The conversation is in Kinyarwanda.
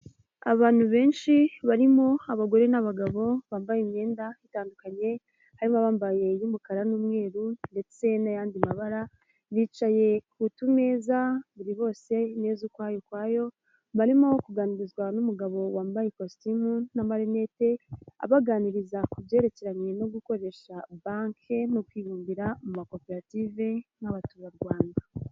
Abantu benshi barimo abagore n'abagabo bambaye imyenda itandukanye, harimo abambaye y'umukara n'umweru ndetse n'ayandi mabara, bicaye ku tumeza, buri bose imeza ukwayo ukwayo, barimo kuganirizwa n'umugabo wambaye ikositimu n'amarinete abaganiriza ku byerekeranye no gukoresha banki no kwibumbira mu makoperative nk'abaturarwanda.